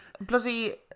bloody